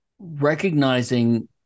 recognizing